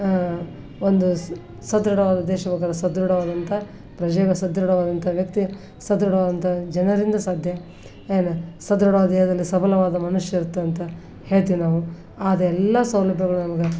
ಒಂದು ಸ್ ಸದೃಢವಾದ ದೇಶ ಸದೃಢವಾದಂಥ ಪ್ರಜೆಯು ಸದೃಢವಾದಂಥ ವ್ಯಕ್ತಿ ಸದೃಢವಾದಂಥ ಜನರಿಂದ ಸಾಧ್ಯ ಏನು ಸದೃಢವಾದ ದೇಹದಲ್ಲಿ ಸಬಲವಾದ ಮನುಷ್ಯ ಇರ್ತಂತ ಹೇಳ್ತೀವಿ ನಾವು ಅದೆಲ್ಲ ಸೌಲಭ್ಯಗಳು ನಮ್ಗೆ